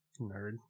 Nerd